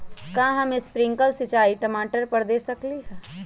का हम स्प्रिंकल सिंचाई टमाटर पर दे सकली ह?